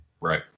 Right